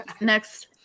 Next